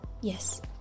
yes